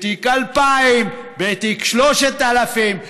בתיק 2000,